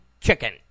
chicken